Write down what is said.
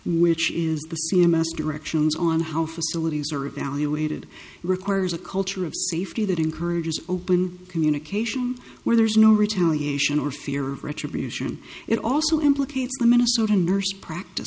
which is the c m s directions on how facilities are evaluated requires a culture of safety that encourages open communication where there's no retaliation or fear of retribution it also implicates the minnesota nurse practice